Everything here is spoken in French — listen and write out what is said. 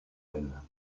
elle